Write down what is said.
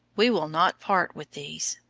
we will not part with these.